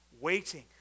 Waiting